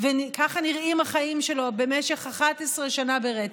החיים שלו במשך 11 שנה ברצף,